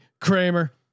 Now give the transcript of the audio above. Kramer